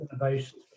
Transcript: innovation